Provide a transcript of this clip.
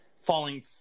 falling